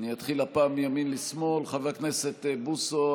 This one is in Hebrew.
אתחיל הפעם מימין לשמאל: חבר הכנסת בוסו,